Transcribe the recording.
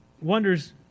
wonders